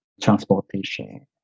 transportation